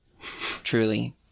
Truly